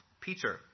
Peter